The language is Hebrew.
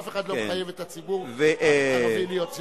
אף אחד לא מחייב את הציבור הערבי להיות ציוני.